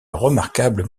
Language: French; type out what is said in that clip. remarquable